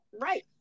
right